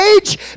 age